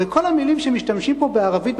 בכל המלים שמשתמשים פה בערבית,